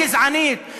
הגזענית,